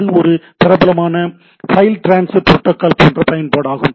இது ஒரு பிரபலமான ஃபைல் ட்ரான்ஸ்ஃப்ர் புரோட்டோக்கால் போன்ற பயன்பாடு ஆகும்